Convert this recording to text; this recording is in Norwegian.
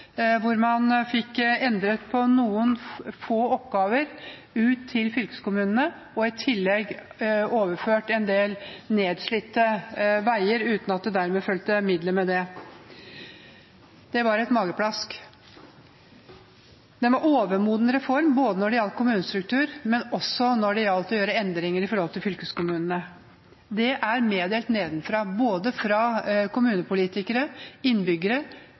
hvor man fikk endret på noen få oppgaver ut til fylkeskommunene og i tillegg overført en del nedslitte veier, uten at det dermed fulgte midler med det. Det var et mageplask. Det var en overmoden reform både når det gjaldt kommunestruktur, og når det gjaldt å gjøre endringer med fylkeskommunene. Det er meddelt nedenfra, både fra kommunepolitikere, innbyggere